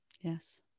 Yes